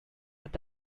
with